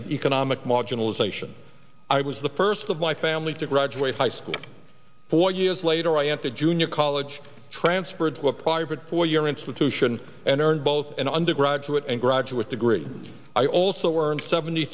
of economic marginalisation i was the first of my family to graduate high school four years later i entered junior college transferred to a private four year institution and earned both an undergraduate and graduate degree i also earned seventy